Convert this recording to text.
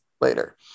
later